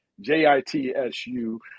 J-I-T-S-U